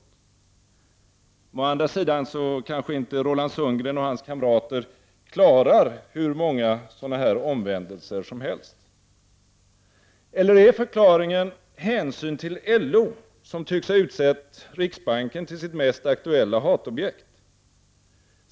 Men å andra sidan kanske inte Roland Sundgren och hans kamrater klarar hur många sådana omvändelser som helst. Eller är förklaringen hänsyn till LO, som tycks ha utsett riksbanken till sitt mest aktuella hatobjekt?